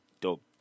dope